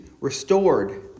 restored